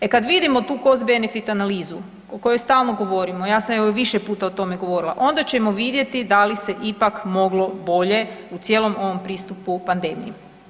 E kad vidimo tu Cost-benefit analizu o kojoj stalno govorimo, ja sam evo i više puta o tome govorila, onda ćemo vidjeti da li se ipak moglo bolje u cijelom ovom pristupu pandemiji.